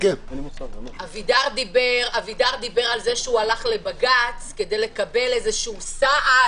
אבידר דיבר על זה שהלך לבג"ץ כדי לקבל סעד